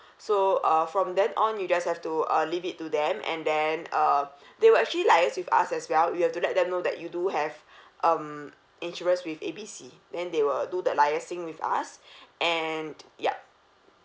so uh from then on you just have to uh leave it to them and then uh they will actually liaise with us as well you have to let them know that you do have um insurance with A B C then they will do the liaising with us and yup